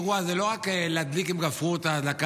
אירוע זה לא רק להדליק עם גפרור את ההדלקה,